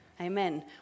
Amen